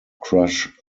crush